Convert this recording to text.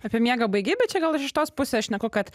apie miegą baigei bet čia gal aš iš tos pusės šneku kad